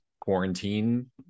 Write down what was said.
quarantine